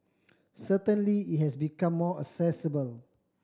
certainly it has become more accessible